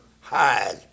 hide